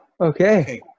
Okay